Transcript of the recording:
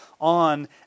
on